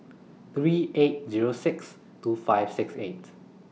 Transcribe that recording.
three eight Zero six two five six eight